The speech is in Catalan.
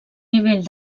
nivell